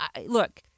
look